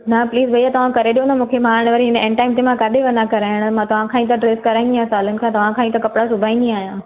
ना प्लीज़ भैया तव्हां करे ॾियो ना मूंखे मां हाणे वरी हिन एंड टाइम ते मां काॾे वञा कराइण मां तव्हां खां ही त ड्रैस कराईंदी आहियां सालनि खां तव्हां खां ही त कपिड़ा सुभाईंदी आहियां